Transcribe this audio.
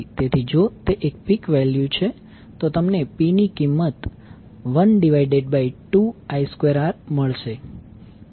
તેથી જો તે એક પીક વેલ્યુ છે તો તમને P ની કિંમત 12I2R મળશે